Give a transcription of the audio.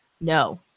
No